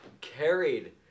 Carried